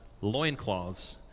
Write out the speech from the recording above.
loincloths